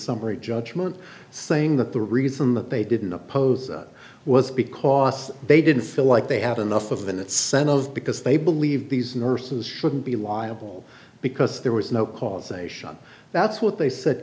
summary judgment saying that the reason that they didn't oppose it was because they didn't feel like they had enough of in that sense of because they believe these nurses shouldn't be liable because there was no causation that's what they said